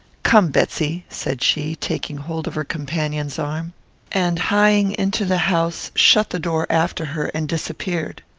come, betsy, said she, taking hold of her companion's arm and, hieing into the house, shut the door after her, and disappeared.